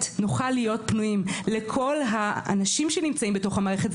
נוכל להיות פנויים לכל האנשים שנמצאים בתוך המערכת,